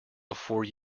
before